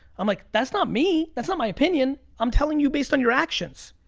um like that's not me. that's not my opinion. i'm telling you based on your actions.